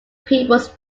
peoples